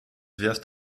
wirft